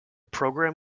program